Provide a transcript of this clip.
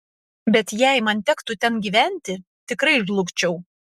bet jei man tektų ten gyventi tikrai žlugčiau